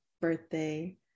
birthday